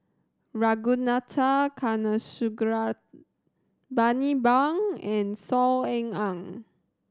Ragunathar Kanagasuntheram Bani Buang and Saw Ean Ang